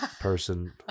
person